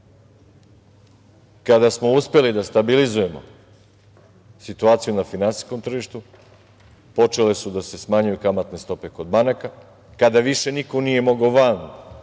smo uspeli da stabilizujemo situaciju na finansijskom tržištu počele su da se smanjuju kamatne stope kod banaka. Kada više niko nije mogao van